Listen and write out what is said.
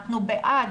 אנחנו בעד.